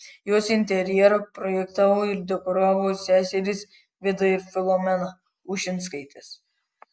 jos interjerą projektavo ir dekoravo seserys vida ir filomena ušinskaitės